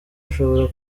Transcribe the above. ashobora